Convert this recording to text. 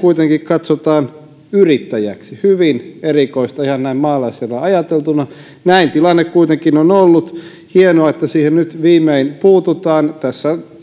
kuitenkin katsotaan yrittäjäksi hyvin erikoista ihan näin maalaisjärjellä ajateltuna tällainen tilanne kuitenkin on ollut hienoa että siihen nyt viimein puututaan tässä on nostettu